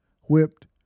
whipped